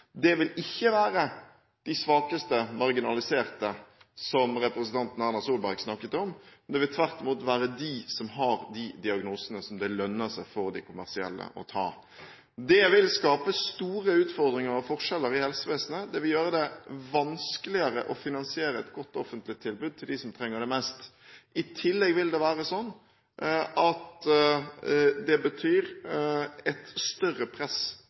Det vil ikke være de svakeste, marginaliserte, som representanten Erna Solberg snakket om – det vil tvert imot være dem som har de diagnosene som det lønner seg for det kommersielle å behandle. Det vil skape store utfordringer og forskjeller i helsevesenet. Det vil gjøre det vanskeligere å finansiere et godt offentlig tilbud til dem som trenger det mest. I tillegg vil det bety et større press på det